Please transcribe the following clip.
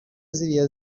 ziriya